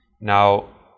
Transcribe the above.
Now